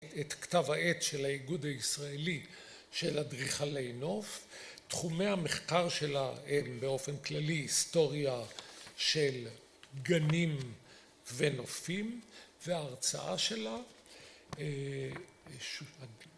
את כתב העת של האיגוד הישראלי של אדריכלי נוף תחומי המחקר שלה הם באופן כללי היסטוריה של גנים ונופים וההרצאה שלה..